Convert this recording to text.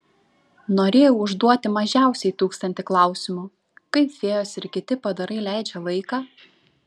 norėjau užduoti mažiausiai tūkstantį klausimų kaip fėjos ir kiti padarai leidžia laiką